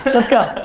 let's go.